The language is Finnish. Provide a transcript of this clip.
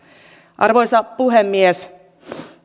arvoisa puhemies